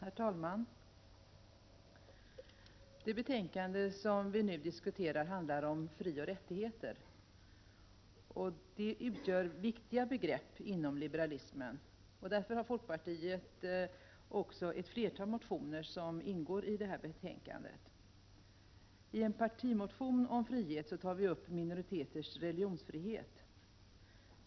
Herr talman! Det betänkande som vi nu diskuterar handlar om frioch rättigheter. Frioch rättigheter utgör viktiga begrepp inom liberalismen. Därför har folkpartiet också väckt ett flertal motioner vilka behandlas i betänkandet. I en partimotion om frihet tar vi upp minoriteters religionsfrihet.